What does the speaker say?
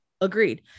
Agreed